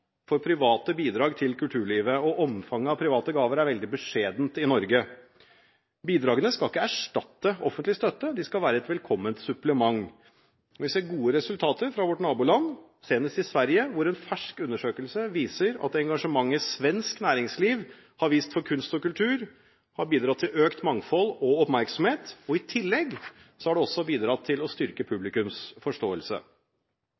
for private bidrag til kulturlivet. Omfanget av private gaver er veldig beskjedent i Norge. Bidragene skal ikke erstatte offentlig støtte, det skal være et velkomment supplement. Vi ser gode resultater fra våre naboland, senest i Sverige, hvor en fersk undersøkelse viser at engasjementet svensk næringsliv har vist for kunst og kultur, har bidratt til økt mangfold og oppmerksomhet. I tillegg har det også bidratt til å styrke